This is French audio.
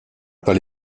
pas